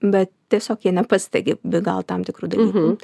bet tiesiog jie nepastebi gal tam tikrų dalykų